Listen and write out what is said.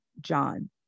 John